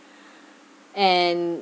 and